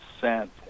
sent